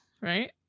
right